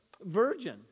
virgin